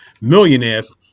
millionaires